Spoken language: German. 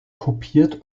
kopiert